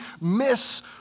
miss